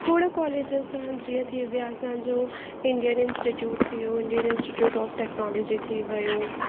खोड़ कॉलेजिस आहिनि जीअं थी विया असांजो इंडियन इंस्टीट्यूट थी वियो इंडियन इंस्टीट्यूट ऑफ़ टेक्नोलॉजी थी वियो